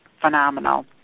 phenomenal